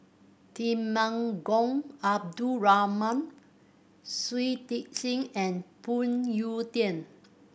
Temenggong Abdul Rahman Shui Tit Sing and Phoon Yew Tien